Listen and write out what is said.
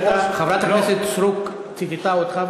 כי חברת הכנסת סטרוק ציטטה אותך,